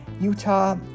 utah